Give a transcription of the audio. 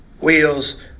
wheels